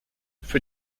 für